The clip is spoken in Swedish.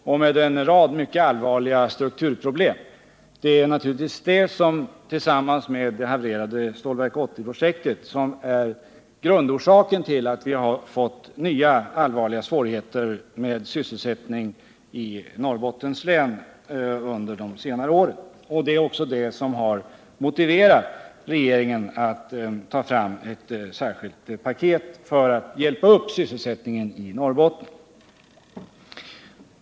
Vi har en rad mycket allvarliga strukturproblem. Det är naturligtvis detta som tillsammans med det havererade Stålverk 80-projektet är orsaken till att vi fått nya allvarliga svårigheter med sysselsättningen i Norrbottens län under de senare åren. Det är också detta som motiverat regeringen att ta fram ett särskilt paket för att hjälpa upp sysselsättningen i Norrbotten.